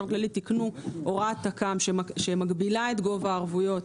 תיקנו הוראת תק"מ שמגבילה את גובה הערבויות